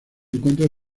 encuentra